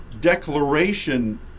declaration